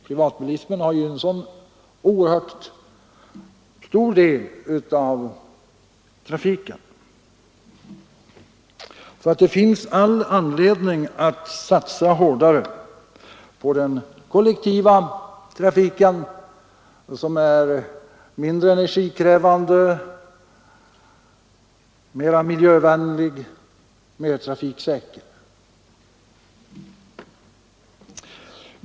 Privatbilismen svarar för en så oerhört stor del av trafiken att det finns all anledning att satsa hårdare på den kollektiva trafiken, som är mindre energikrävande, mera miljövänlig och mer trafiksäker.